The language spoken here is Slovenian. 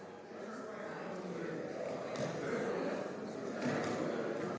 Hvala,